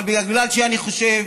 אבל בגלל שאני חושב